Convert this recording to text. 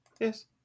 Yes